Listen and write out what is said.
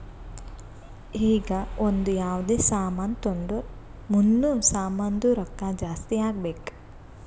ಈಗ ಒಂದ್ ಯಾವ್ದೇ ಸಾಮಾನ್ ತೊಂಡುರ್ ಮುಂದ್ನು ಸಾಮಾನ್ದು ರೊಕ್ಕಾ ಜಾಸ್ತಿ ಆಗ್ಬೇಕ್